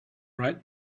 right